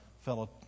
fellow